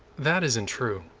that isn't true.